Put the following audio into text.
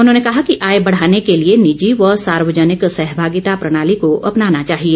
उन्होंने कहा कि आय बढ़ाने के लिए निजी व सार्वजनिक सहभागिता प्रणाली को अपनाना चाहिए